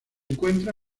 encuentra